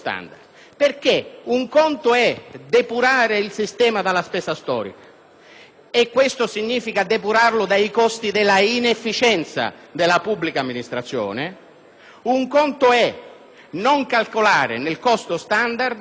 che significa depurarlo dai costi dell'inefficienza della pubblica amministrazione, e un altro conto è non calcolare nel costo standard quei costi che sono il frutto del deficit infrastrutturale